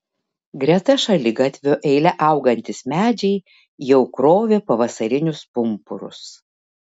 greta šaligatvio eile augantys medžiai jau krovė pavasarinius pumpurus